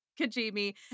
Kajimi